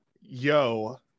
Yo